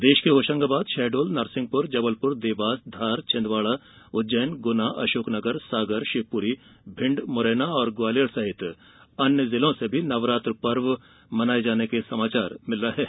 प्रदेश के होशंगाबाद शहडोल नरसिंहपुर जबलपुर देवास धार छिंदवाड़ा उज्जैन गुना अशोकनगर सागर शिवपुरी भिण्ड मुरैना और ग्वालियर सहित अन्य जिलों से भी नवरात्र पर्व को लेकर समाचार मिले हैं